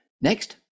Next